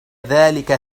ذلك